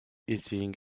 hitting